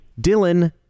Dylan